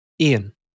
Ian